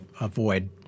avoid